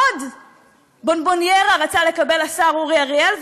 עוד בונבוניירה רצה לקבל השר אורי אריאל,